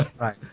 Right